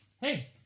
Hey